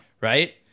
Right